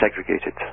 segregated